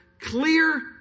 clear